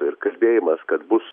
ir kalbėjimas kad bus